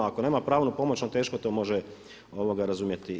Ako nema pravnu pomoć on teško to može razumjeti.